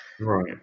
right